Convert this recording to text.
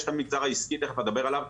יש את המגזר העסקי, תיכף נדבר עליו.